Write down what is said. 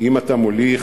אם אתה מוליך